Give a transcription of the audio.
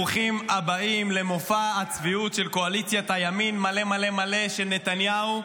ברוכים הבאים למופע הצביעות של קואליציית הימין מלא מלא מלא של נתניהו.